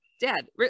dad